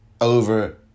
over